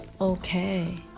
okay